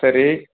சரி